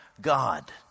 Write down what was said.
God